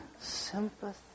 Sympathy